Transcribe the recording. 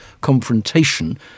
confrontation